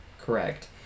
Correct